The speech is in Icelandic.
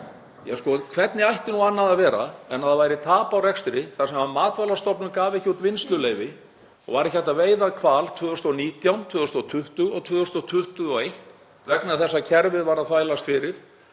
Hvernig ætti nú annað að vera en að það væri tap á rekstri þar sem Matvælastofnun gaf ekki út vinnsluleyfi og var ekki hægt að veiða hval 2019, 2020 og 2021 vegna þess að kerfið var að þvælast fyrir?